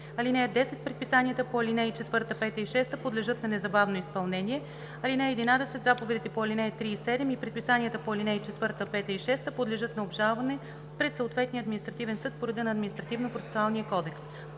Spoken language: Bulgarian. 5 и 6. (10) Предписанията по ал. 4, 5 и 6 подлежат на незабавно изпълнение. (11) Заповедите по ал. 3 и 7 и предписанията по ал. 4, 5 и 6 подлежат на обжалване пред съответния административен съд по реда на Административнопроцесуалния кодекс.